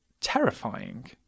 terrifying